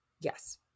Yes